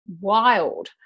wild